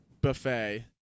buffet